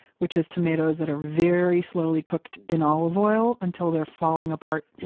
which is tomatoes that are very slowly cooked in olive oil until they're falling apart.